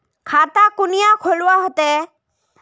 खाता कुनियाँ खोलवा होते?